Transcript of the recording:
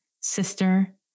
sister